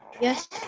Yes